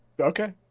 Okay